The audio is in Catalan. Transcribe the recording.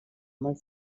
molt